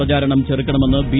പ്രചാരണം ചെറുക്കണമെന്ന് ബി